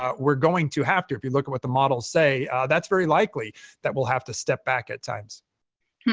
ah we're going to have to. if you look at what the models say, that's very likely that we'll have to step back at times.